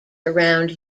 around